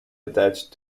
attached